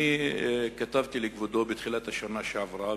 אני כתבתי לכבודו בתחילת השנה שעברה.